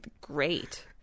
Great